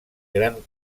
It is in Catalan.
gran